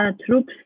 troops